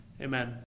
Amen